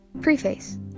Preface